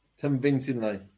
Convincingly